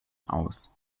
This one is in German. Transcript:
aus